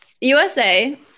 usa